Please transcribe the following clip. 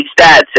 stats